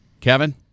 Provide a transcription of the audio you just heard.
Kevin